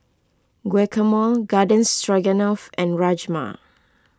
Guacamole Garden Stroganoff and Rajma